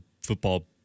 football